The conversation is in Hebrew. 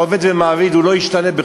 השם הזה,